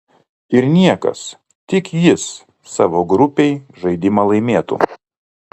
ir niekas tik jis savo grupėj žaidimą laimėtų